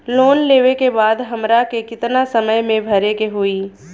Loan लेवे के बाद हमरा के कितना समय मे भरे के होई?